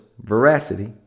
veracity